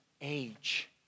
age